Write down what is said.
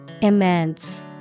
Immense